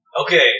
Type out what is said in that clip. Okay